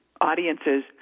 audiences